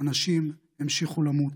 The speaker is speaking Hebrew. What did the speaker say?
אנשים המשיכו למות.